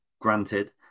granted